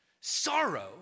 Sorrow